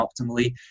optimally